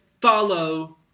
follow